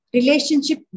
Relationship